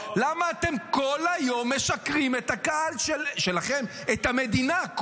למה אתם כל היום משקרים, לקהל שלכם, למדינה?